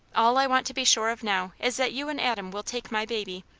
all i want to be sure of now is that you and adam will take my baby.